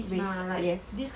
risk yes